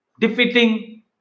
defeating